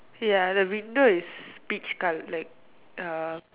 ya the window is peach color like uh